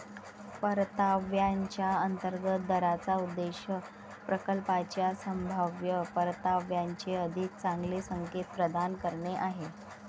परताव्याच्या अंतर्गत दराचा उद्देश प्रकल्पाच्या संभाव्य परताव्याचे अधिक चांगले संकेत प्रदान करणे आहे